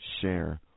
share